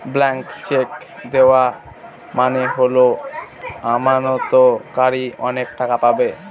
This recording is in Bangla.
ব্ল্যান্ক চেক দেওয়া মানে হল আমানতকারী অনেক টাকা পাবে